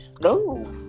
no